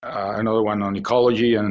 another one on ecology, and